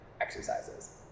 exercises